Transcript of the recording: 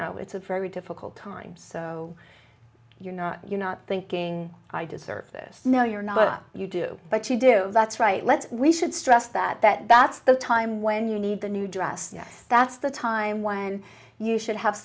know it's a very difficult time so you're not you're not thinking i deserve this no you're not up you do but you do that's right let's we should stress that that that's the time when you need the new dress that's the time when you should have